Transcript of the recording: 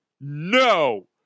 No